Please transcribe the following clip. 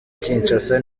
kinshasa